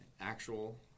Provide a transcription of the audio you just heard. Actual